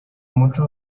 umuco